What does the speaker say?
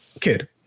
kid